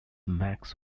max